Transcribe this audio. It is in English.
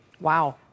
Wow